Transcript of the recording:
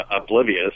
oblivious